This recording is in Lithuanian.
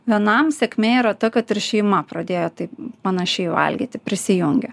vienam sėkmė yra ta kad ir šeima pradėjo taip panašiai valgyti prisijungė